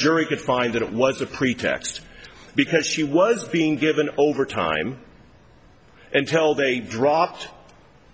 jury could find that it was a pretext because she was being given over time and tell they dropped